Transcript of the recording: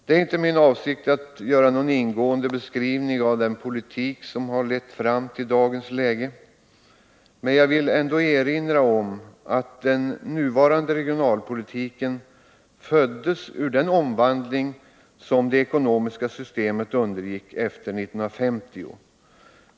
Det är inte min avsikt att göra en ingående beskrivning av den politik som har lett fram till dagens läge, men jag vill ändå erinra om att den nuvarande regionalpolitiken föddes ur den omvandling som det ekonomiska systemet undergick efter 1950.